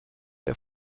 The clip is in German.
der